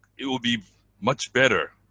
it will be much better,